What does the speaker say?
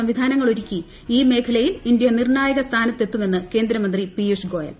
സംവിധാനങ്ങൾ ഒരുക്കി ഈ മേഖലയിൽ ഇന്ത്യ നിർണായക സ്ഥാനഖ്ത്തുമെന്ന് കേന്ദ്രമന്ത്രി പീയുഷ് ഗോയൽ